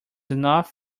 enough